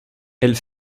elle